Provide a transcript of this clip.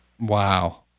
Wow